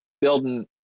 building